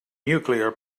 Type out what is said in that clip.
nuclear